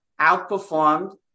outperformed